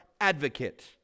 advocate